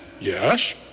yes